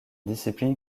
discipline